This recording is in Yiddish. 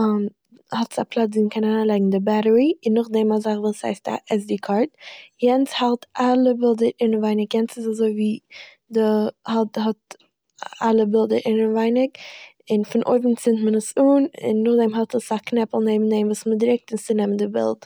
האט עס א פלאץ ווי מ'קען אריינלייגן די בעטערי און נאכדעם א זאך וואס הייסט א עס די קארד, יענץ האלט אלע בילדער אינעווייניג, יענץ איז אזוי ווי די האט- האט אלע בילדער אינעווייניג, און פון אויבן צינד מען עס אן און נאכדעם האט עס א קנעפל נעבן דעם וואס מ'דרוקט און ס'נעמט די בילד.